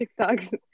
TikToks